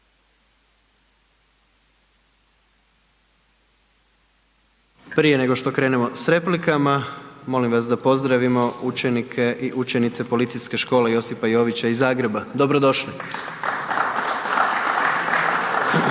Prije nego što krenemo s replikama, molim vas da pozdravimo učenike i učenice Policijske škole Josipa Jovića iz Zagreba. Dobro došli!